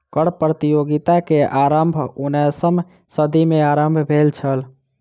कर प्रतियोगिता के आरम्भ उन्नैसम सदी में आरम्भ भेल छल